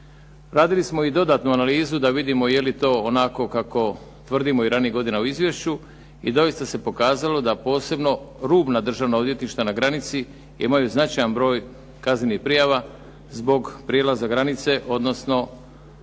Radili smo i dodatnu analizu da vidimo je li to onako kako tvrdimo i ranijih godina u izvješću i doista se pokazalo da posebno rubna državna odvjetništva na granici imaju značajan broj kaznenih prijava zbog prijelaza granice, odnosno